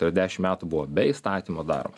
tai yra dešim metų buvo be įstatymo daroma